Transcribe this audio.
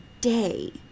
day